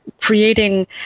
creating